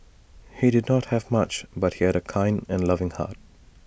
he did not have much but he had A kind and loving heart